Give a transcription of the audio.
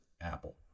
apple